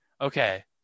okay